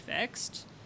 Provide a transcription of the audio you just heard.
fixed